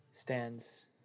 Stands